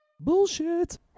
Bullshit